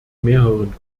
mehreren